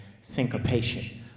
syncopation